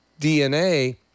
DNA